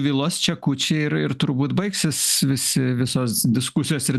vilos čekučiai ir ir turbūt baigsis visi visos diskusijos ir